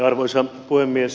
arvoisa puhemies